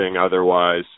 otherwise